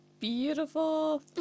beautiful